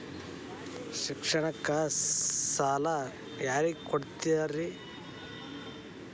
ಶಿಕ್ಷಣಕ್ಕ ಸಾಲ ಯಾರಿಗೆ ಕೊಡ್ತೇರಿ?